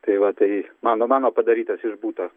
tai va tai mano mano padarytas iš buto